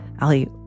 Ali